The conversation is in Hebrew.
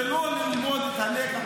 זה לא ללמוד את הלקח מכפר קאסם.